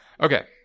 Okay